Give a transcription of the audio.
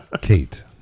Kate